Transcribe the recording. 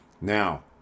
now